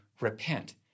repent